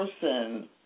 person